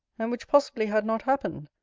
and which possibly had not happened,